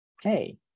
hey